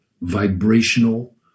vibrational